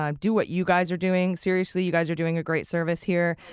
um do what you guys are doing. seriously, you guys are doing a great service here.